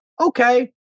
Okay